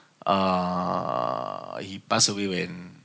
uh he passed away when